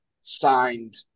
signed